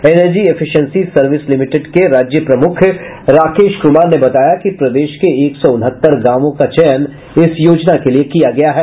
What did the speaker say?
energy efficiency service limited के राज्य प्रमुख राकेश कुमार ने बताया कि प्रदेश के एक सौ उनहत्तर गांवों का चयन इस योजना के लिए किया गया है